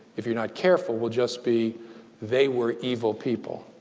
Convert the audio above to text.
if you're not careful, will just be they were evil people.